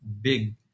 big